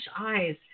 eyes